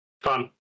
Fun